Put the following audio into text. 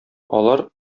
алар